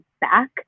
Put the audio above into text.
back